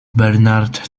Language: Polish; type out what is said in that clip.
bernard